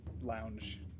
lounge